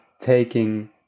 taking